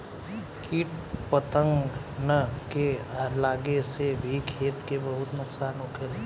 किट पतंगन के लागे से भी खेती के बहुत नुक्सान होखेला